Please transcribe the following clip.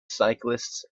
cyclists